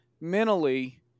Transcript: mentally